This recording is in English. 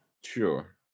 Sure